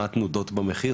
מה התנודות במחיר,